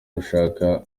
gushaka